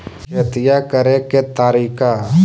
खेतिया करेके के तारिका?